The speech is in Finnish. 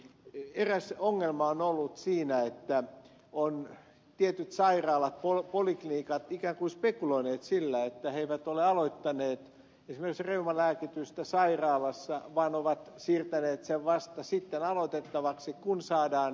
lääkekorvauskysymyksessä eräs ongelma on ollut siinä että tietyt sairaalat poliklinikat ovat ikään kuin spekuloineet sillä että ne eivät ole aloittaneet esimerkiksi reumalääkitystä sairaalassa vaan ovat siirtäneet sen vasta sitten aloitettavaksi kun saadaan sairausvakuutuskorvaus